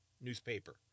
newspaper